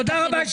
תודה רבה.